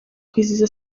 kwizihiza